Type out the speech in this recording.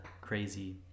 crazy